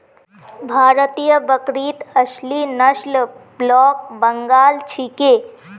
भारतीय बकरीत असली नस्ल ब्लैक बंगाल छिके